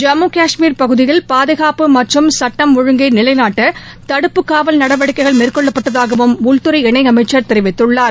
ஜம்மு காஷ்மீர் பகுதியில் பாதுகாப்பு மற்றும் சுட்டம் ஒழுங்கை நிலைநாட்ட தடுப்பு காவல் நடவடிக்கைகள் மேற்கொள்ளப்பட்டதாகவும் உள்துறை இணையமைச்சர் தெரிவித்துள்ளார்